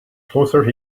closer